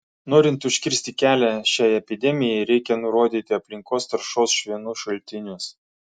norint užkirsti kelią šiai epidemijai reikia nurodyti aplinkos taršos švinu šaltinius